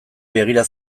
begira